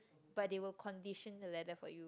but they will condition the leather for you